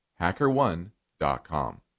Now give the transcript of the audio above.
HackerOne.com